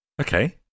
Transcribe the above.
Okay